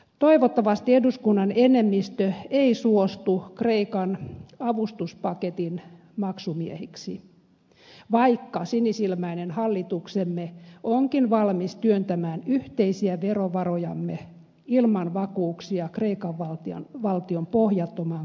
toivottavasti eduskunnan enemmistö ei suostu kreikan avustuspaketin maksumiehiksi vaikka sinisilmäinen hallituksemme onkin valmis työntämään yhteisiä verovarojamme ilman vakuuksia kreikan valtion pohjattomaan konkurssipesään